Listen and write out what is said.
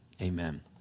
Amen